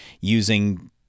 using